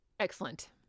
excellent